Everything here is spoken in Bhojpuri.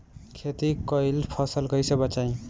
खेती कईल फसल कैसे बचाई?